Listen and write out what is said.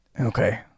Okay